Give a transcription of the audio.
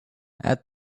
add